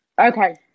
Okay